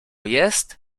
jest